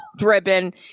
ribbon